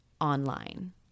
online